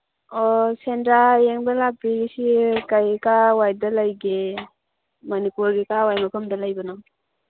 ꯑꯣ ꯁꯦꯟꯗ꯭ꯔꯥ ꯌꯦꯡꯕ ꯂꯥꯛꯄꯤꯔꯤꯁꯤ ꯀꯩ ꯀꯥꯏꯋꯥꯏꯗ ꯂꯩꯒꯦ ꯃꯅꯤꯄꯨꯔꯒꯤ ꯀꯥꯏ ꯋꯥꯏ ꯃꯐꯝꯗ ꯂꯩꯕꯅꯣ